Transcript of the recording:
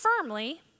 firmly